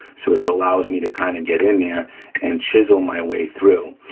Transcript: so it allows me to kind of get in there and chisel my way through.